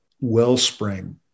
wellspring